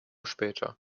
später